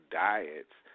diets